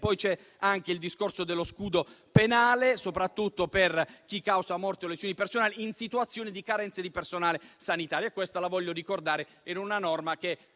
C'è anche il discorso dello scudo penale, soprattutto per chi causa morte o lesioni personali in situazioni di carenze di personale sanitario. Si tratta di una norma che